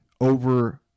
over